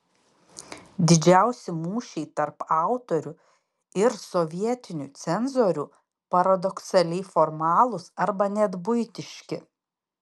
didžiausi mūšiai tarp autorių ir sovietinių cenzorių paradoksaliai formalūs arba net buitiški